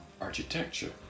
architecture